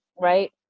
right